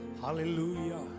Hallelujah